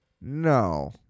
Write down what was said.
No